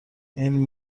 این